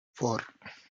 four